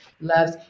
Loves